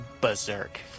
berserk